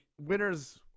winners